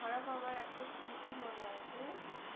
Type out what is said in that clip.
খুব খারাপ আমার একটা স্মৃতি মনে আছে